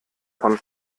von